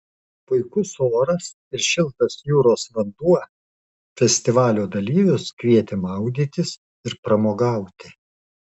puikus oras ir šiltas jūros vanduo festivalio dalyvius kvietė maudytis ir pramogauti